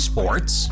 Sports